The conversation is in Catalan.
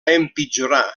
empitjorar